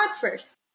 first